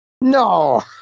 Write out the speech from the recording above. No